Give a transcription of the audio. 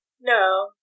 No